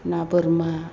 ना बोरमा